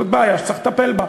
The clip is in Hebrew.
זאת בעיה שצריך לטפל בה.